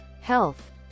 Health